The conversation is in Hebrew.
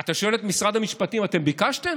אתה שואל את משרד המשפטים: אתם ביקשתם?